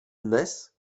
dnes